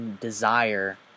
desire